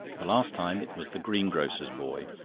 the last time it was the greengrocer's boy,